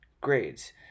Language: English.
Grades